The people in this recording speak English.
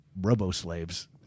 robo-slaves